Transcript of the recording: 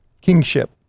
kingship